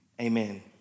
Amen